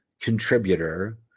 contributor